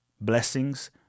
blessings